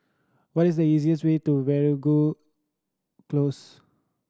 what is the easiest way to Veeragoo Close